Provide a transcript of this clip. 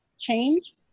change